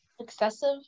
excessive